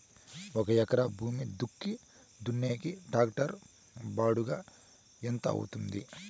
ఒక ఎకరా భూమి దుక్కి దున్నేకి టాక్టర్ బాడుగ ఎంత అవుతుంది?